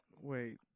Wait